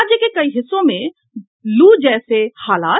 राज्य के कई हिस्सों में लू जैसे हालात